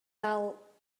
dal